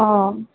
অ